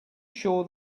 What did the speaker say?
sure